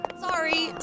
sorry